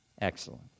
Excellent